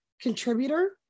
contributor